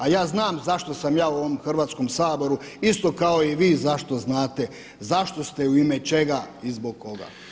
A ja znam zašto sam ja u ovom Hrvatskom saboru isto kao i vi zašto znate zašto ste u ime čega i zbog koga.